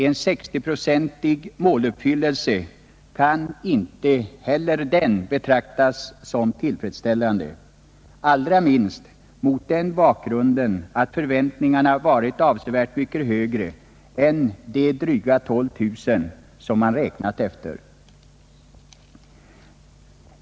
En 60-procentig måluppfyllelse kan inte heller den betraktas som tillfredsställande, allra minst mot den bakgrunden att förväntningarna varit avsevärt mycket högre än de dryga 12 000, som man räknat efter.